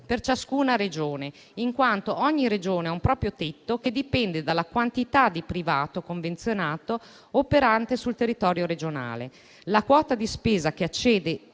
per ciascuna Regione, in quanto ogni Regione ha un proprio tetto, che dipende dalla quantità di privato convenzionato operante sul territorio regionale. La quota di spesa che eccede